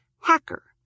hacker